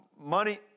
Money